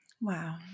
Wow